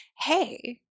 Hey